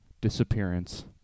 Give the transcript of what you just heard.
Disappearance